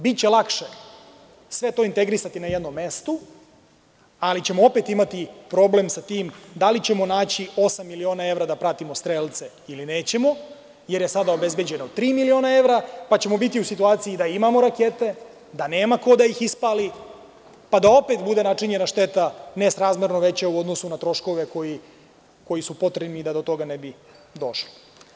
Biće lakše sve to integrisati na jednom mestu, ali ćemo opet imati problem sa tim da li ćemo naći osam miliona evra da pratimo strelce ili nećemo jer je sada obezbeđeno tri miliona evra, pa ćemo biti u situaciji da imamo rakete, da nema ko da ih ispali, pa da opet bude načinjena šteta nesrazmerno veća u odnosu na troškove koji su potrebni da do toga ne bi došlo.